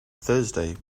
thursday